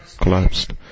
collapsed